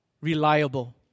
Reliable